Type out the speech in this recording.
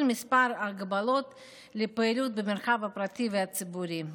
מספר ההגבלות לפעילות במרחב הפרטי והציבורי,